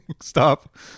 Stop